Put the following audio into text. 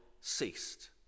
ceased